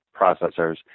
processors